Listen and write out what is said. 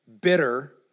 bitter